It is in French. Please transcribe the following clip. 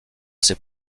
ses